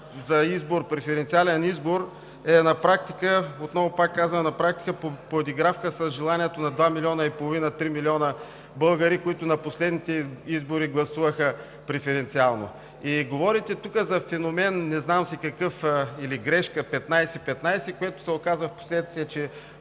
за преференциален избор е на практика, отново пак казвам, подигравка с желанието на 2,5 – 3 милиона българи, които на последните избори гласуваха преференциално. Говорите тук за феномен – не знам си какъв, или грешка – 15/15, което се оказа впоследствие,